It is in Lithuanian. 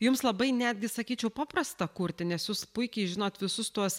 jums labai netgi sakyčiau paprasta kurti nes jūs puikiai žinot visus tuos